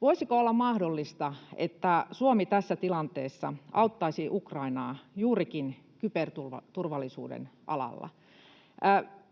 Voisiko olla mahdollista, että Suomi tässä tilanteessa auttaisi Ukrainaa juurikin kyberturvallisuuden alalla?